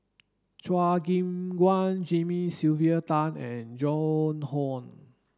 Chua Gim Guan Jimmy Sylvia Tan and Joan Hon